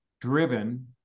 driven